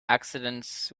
accidents